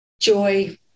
Joy